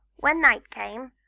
when night came,